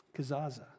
Kazaza